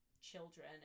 children